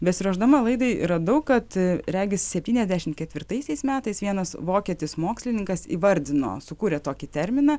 besiruošdama laidai radau kad regis septyniasdešimt ketvirtaisiais metais vienas vokietis mokslininkas įvardino sukūrė tokį terminą